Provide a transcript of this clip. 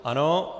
Ano.